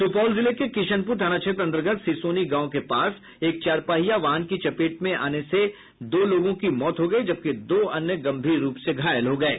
सूपौल जिले के किशनपुर थाना क्षेत्र अन्तर्गत सीसोनी गांव के पास एक चारपहिया वाहन की चपेट में आने से दो लोगों की मौत हो गई जबकि दो अन्य गम्भीर रूप से घायल हो गये